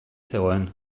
zegoen